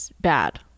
bad